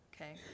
okay